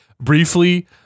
briefly